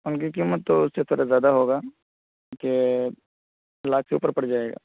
ان کی قیمت تو اس سے تھوڑا زیادہ ہوگا کہ لاکھ سے اوپر پڑ جائے گا